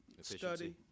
study